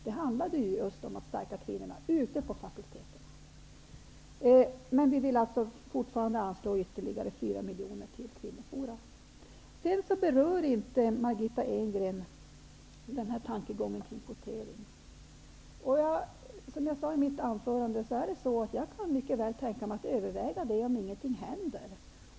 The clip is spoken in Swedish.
Det handlade just om att stärka kvinnorna ute på fakulteterna. Vi vill alltså anslå ytterligare 4 miljoner kronor till kvinnoforum. Margitta Edgren berörde inte tanken på kvotering. Som jag sade i mitt anförande kan jag mycket väl tänka mig att överväga det om ingenting händer.